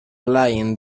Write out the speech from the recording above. lying